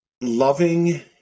loving